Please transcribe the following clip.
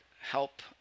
help